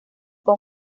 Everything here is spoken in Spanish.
con